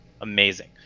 amazing